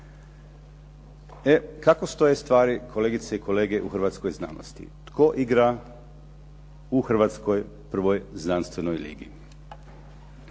E kako stoje stvari, kolegice i kolege u hrvatskoj znanosti? Tko igra u hrvatskoj prvoj znanstvenoj ligi?